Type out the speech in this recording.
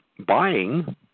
buying